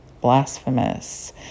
blasphemous